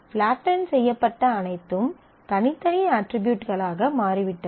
flatten செய்யப்பட்ட அனைத்தும் தனித்தனி அட்ரிபியூட்களாக மாறிவிட்டன